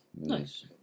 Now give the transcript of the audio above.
Nice